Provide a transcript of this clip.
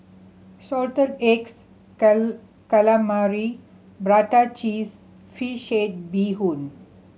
salted eggs calamari prata cheese fish head bee hoon